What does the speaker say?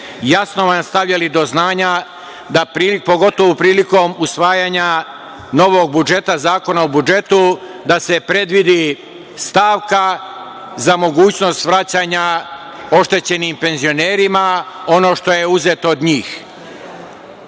jasno vam stavljali do znanja, pogotovo prilikom usvajanja novog budžeta, odnosno Zakona o budžetu, da se predvidi stavka za mogućnost vraćanja oštećenim penzionerima ono što je uzeto od njih. Sa